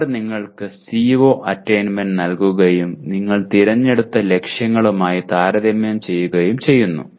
അവർ നിങ്ങൾക്ക് CO attainment നൽകുകയും നിങ്ങൾ തിരഞ്ഞെടുത്ത ലക്ഷ്യങ്ങളുമായി താരതമ്യം ചെയ്യുകയും ചെയ്യുന്നു